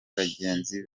bagenzi